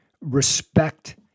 respect